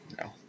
No